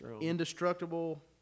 Indestructible